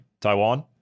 Taiwan